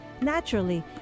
naturally